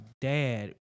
dad